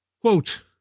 quote